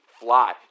fly